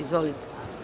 Izvolite.